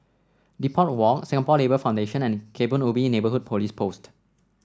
Depot Walk Singapore Labour Foundation and Kebun Ubi Neighbourhood Police Post